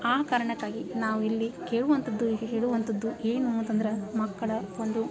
ಆ ಕಾರಣಕ್ಕಾಗಿ ನಾವು ಇಲ್ಲಿ ಕೇಳುವಂಥದ್ದು ಹೇಳುವಂಥದ್ದು ಏನು ಅಂತಂದ್ರೆ ಮಕ್ಕಳ ಒಂದು